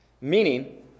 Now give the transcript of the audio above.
Meaning